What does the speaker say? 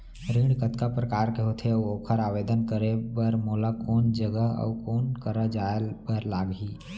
ऋण कतका प्रकार के होथे अऊ ओखर आवेदन करे बर मोला कोन जगह अऊ कोन करा जाए बर लागही?